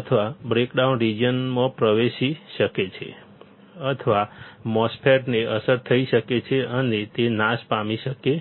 અથવા બ્રેકડાઉન રિજિયનમાં પ્રવેશી શકે છે અથવા MOSFET ને અસર થઈ શકે છે અને તે નાશ પામી શકે છે